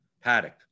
Paddock